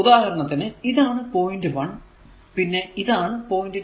ഉദാഹരണത്തിന് ഇതാണ് പോയിന്റ് 1 പിന്നെ ഇതാണ് പോയിന്റ് 2